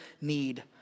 need